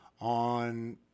on